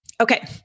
Okay